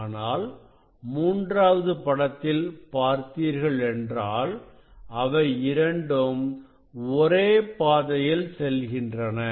ஆனால் மூன்றாவது படத்தில் பார்த்தீர்களென்றால் அவை இரண்டும் ஒரே பாதையில் செல்கின்றன